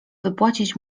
wypłacić